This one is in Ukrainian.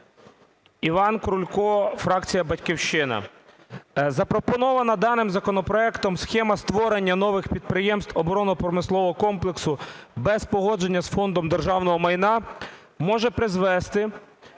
Іван Крулько, фракція "Батьківщина". Запропонована даним законопроект схема створення нових підприємств оборонно-промислового комплексу без погодження з Фондом державного майна може призвести